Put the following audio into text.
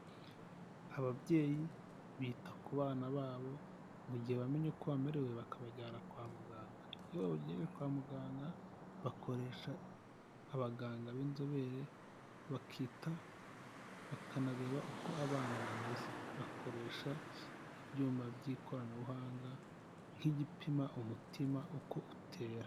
Ababyeyi bita ku bana babo, mu gihe bamenye uko bamerewe bakabajyana kwa muganga, iyo babanjyanye kwa muganga, bakoresha abaganga b'inzobere bakita bakanareba uko abana bameze, bakoresha ibyuma by'ikoranabuhanga nk'igipima umutima uko utera.